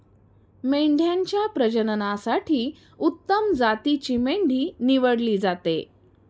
मेंढ्यांच्या प्रजननासाठी उत्तम जातीची मेंढी निवडली जाते